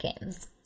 Games